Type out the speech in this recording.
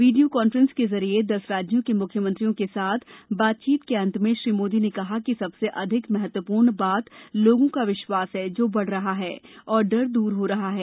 video conference के जरिये दस राज्यों के मुख्यमंत्रियों के साथ बातचीत के अन्त में श्री मोदी ने कहा कि सबसे अधिक महत्वपूर्ण बात लोगों का विश्वास है जो बढ़ रहा है और डर दूर हो रहा है